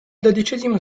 dodicesimo